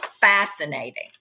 fascinating